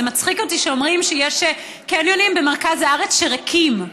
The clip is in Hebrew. זה מצחיק אותי שאומרים שיש קניונים במרכז הארץ שהם ריקים.